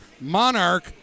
Monarch